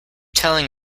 telling